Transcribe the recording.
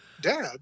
Dad